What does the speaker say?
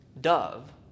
dove